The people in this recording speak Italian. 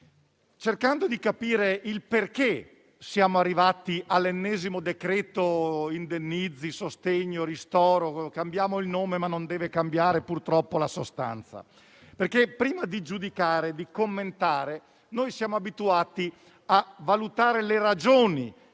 cercando di capire la ragione per la quale siamo arrivati all'ennesimo decreto indennizzi, sostegni o ristori: cambiamo il nome, ma non deve cambiare purtroppo la sostanza. Infatti, prima di giudicare e di commentare, siamo abituati a valutare le ragioni